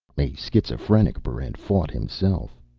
a schizophrenic barrent fought himself.